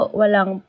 walang